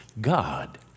God